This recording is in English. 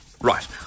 Right